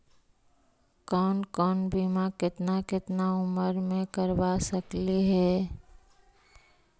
कौन कौन बिमा केतना केतना उम्र मे करबा सकली हे?